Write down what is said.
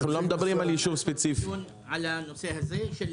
אתה מוכן לעשות דיון על הנושא הזה של